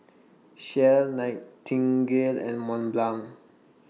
Shell Nightingale and Mont Blanc